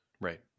Right